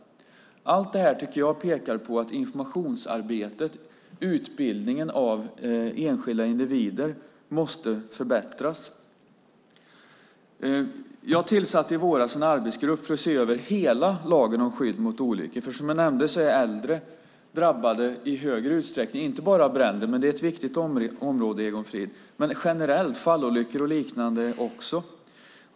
Allt det här tycker jag pekar på att informationsarbetet och utbildningen av enskilda individer måste förbättras. I våras tillsatte jag en arbetsgrupp som har att se över hela lagen om skydd mot olyckor. Som jag nämnt är äldre i större utsträckning drabbade men då inte bara av bränder - dock är det, Egon Frid, ett viktigt område - utan också generellt av fallolyckor och liknande.